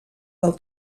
del